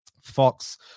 Fox